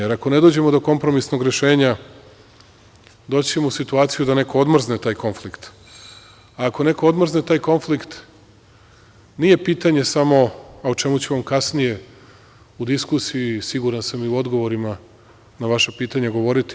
Jer, ako ne dođemo do kompromisnog rešenja, doći ćemo u situaciju da neko odmrzne taj konflikt, a ako neko odmrzne taj konflikt, nije pitanje samo o čemu ćemo kasnije u diskusiji, i siguran sam i u odgovorima na vaša pitanja, govoriti.